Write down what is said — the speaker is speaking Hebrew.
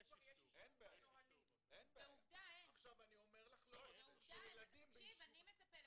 תקשיב, אני מטפלת.